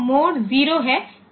तो मोड 0 है